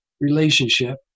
relationship